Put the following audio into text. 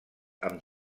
amb